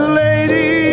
lady